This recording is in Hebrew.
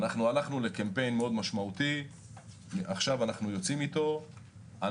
הלכנו לקמפיין מאוד משמעותי שעכשיו אנחנו יוצאים אתו,